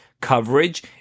coverage